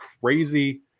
crazy